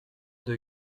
deux